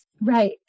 Right